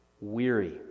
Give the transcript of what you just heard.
weary